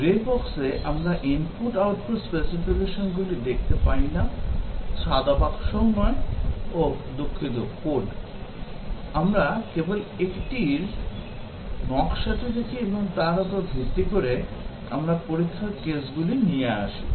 Grey বক্সে আমরা input output স্পেসিফিকেশনগুলি দেখতে পাই না সাদা বাক্সও নয় ওহ দুঃখিত কোড আমরা কেবল এটির নকশাটি দেখি এবং তার উপর ভিত্তি করে আমরা পরীক্ষার কেসগুলি নিয়ে আসি